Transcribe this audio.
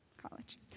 college